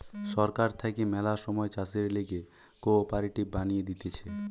সরকার থাকে ম্যালা সময় চাষের লিগে কোঅপারেটিভ বানিয়ে দিতেছে